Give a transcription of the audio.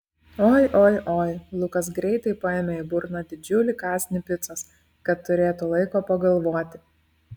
oi oi oi lukas greitai paėmė į burną didžiulį kąsnį picos kad turėtų laiko pagalvoti